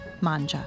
MANJA